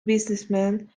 businessmen